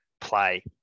play